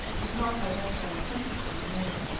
does not identify a principle with a man,